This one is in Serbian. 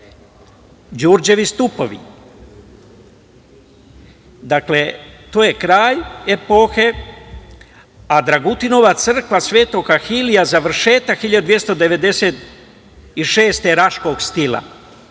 Đurđevi stupovi, to je kraj epohe, a Dragutinova crkva Sv. Ahilija završetak 1296. godine raškog stila.